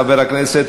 חבר הכנסת,